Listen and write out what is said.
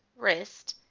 wrist,